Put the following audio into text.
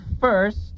first